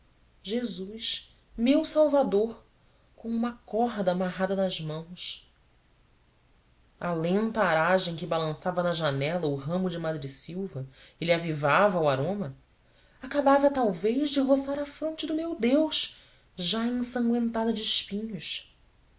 jesus meu salvador com uma corda amarrada nas mãos a lenta aragem que balançava na janela o ramo de madressilva e lhe avivava o aroma acabava talvez de roçar a fronte do meu deus já ensangüentada de espinhos